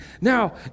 Now